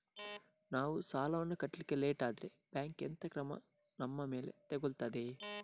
ನಾವು ಸಾಲ ವನ್ನು ಕಟ್ಲಿಕ್ಕೆ ಲೇಟ್ ಆದ್ರೆ ಬ್ಯಾಂಕ್ ಎಂತ ಕ್ರಮ ನಮ್ಮ ಮೇಲೆ ತೆಗೊಳ್ತಾದೆ?